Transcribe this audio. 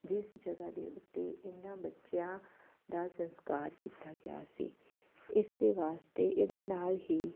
ਜਿਸ ਜਗ੍ਹਾ ਦੇ ਉੱਤੇ ਇਹਨਾਂ ਬੱਚਿਆਂ ਦਾ ਸਸਕਾਰ ਕੀਤਾ ਗਿਆ ਸੀ ਇਸ ਦੇ ਵਾਸਤੇ ਇਹਦੇ ਨਾਲ ਹੀ